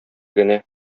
генә